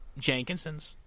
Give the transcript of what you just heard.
Jenkinsons